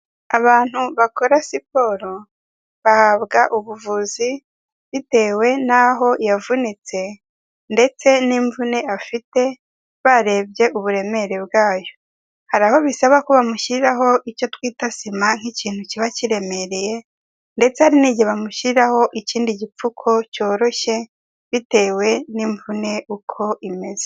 Abantu bakora siporo bahabwa ubuvuzi bitewe n'aho yavunitse ndetse n'imvune afite barebye uburemere bwayo, hari aho bisaba ko bamushyiriraho icyo twita sima nk'ikintu kiba kiremereye ndetse hari n'igihe bamushyiraho ikindi gipfuko cyoroshye bitewe n'imvune uko imeze.